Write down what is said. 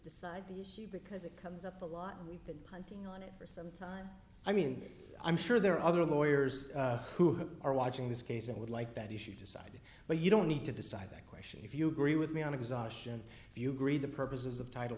decide the issue because it comes up a lot we've been hunting on it for some time i mean i'm sure there are other lawyers who are watching this case and would like that issue decide but you don't need to decide that question if you agree with me on exhaustion if you agree the purposes of title